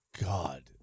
God